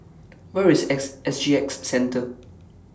Where IS S S G X Centre